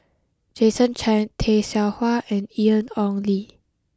Jason Chan Tay Seow Huah and Ian Ong Li